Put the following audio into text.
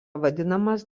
vadinamas